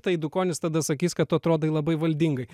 tai dukonis tada sakys kad tu atrodai labai valdingai